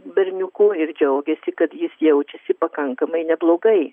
berniuku ir džiaugiasi kad jis jaučiasi pakankamai neblogai